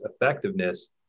effectiveness